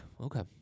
Okay